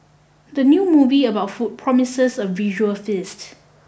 the new movie about food promises a visual feast